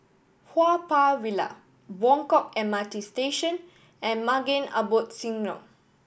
Haw Par Villa Buangkok M R T Station and Maghain Aboth Synagogue